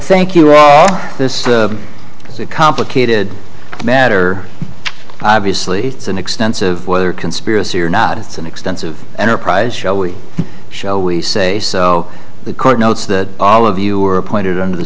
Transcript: thank you all this is a complicated matter obviously it's an extensive whether conspiracy or not it's an extensive enterprise shall we shall we say so the court notes that all of you were appointed under the